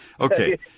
Okay